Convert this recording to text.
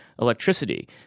electricity